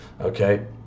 okay